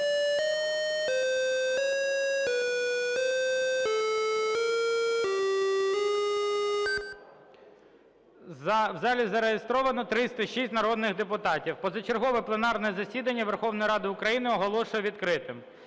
В залі зареєстровано 317 народних депутатів України. Позачергове пленарне засідання Верховної Ради України оголошую відкритим.